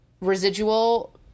residual